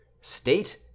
state